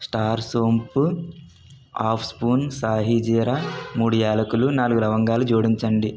star సోంపు half spoon సాహిజీరా మూడు యాలకులు నాలుగు లవంగాలు జోడించండి